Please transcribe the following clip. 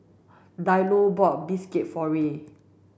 Diallo bought Bistake for Ray